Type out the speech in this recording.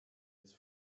his